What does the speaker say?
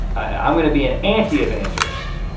i'm gonna be an anti evangelist.